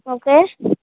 okay